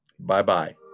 Bye-bye